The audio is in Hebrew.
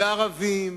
וערבים,